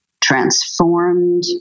transformed